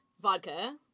vodka